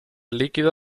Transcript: líquido